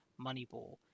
Moneyball